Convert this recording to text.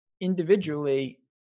individually